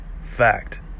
fact